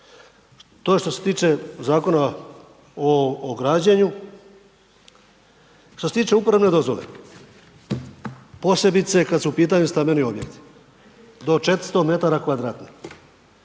je što se tiče Zakona o građenju. Što se tiče uporabne dozvole posebice kada su u pitanju stambeni objekti do 400 metara kvadratnih,